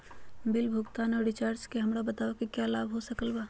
Bill भुगतान और recharge से हमरा बताओ कि क्या लाभ हो सकल बा?